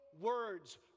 Words